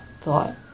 thought